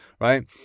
right